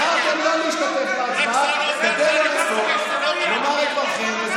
בחרתם לא להשתתף בהצבעה, ובדרך זו לומר את דברכם.